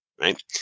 Right